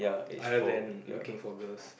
other than looking for girls